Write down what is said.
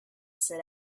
sit